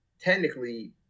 technically